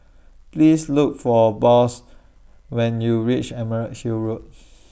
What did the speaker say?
Please Look For Boss when YOU REACH Emerald Hill Road